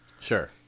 Sure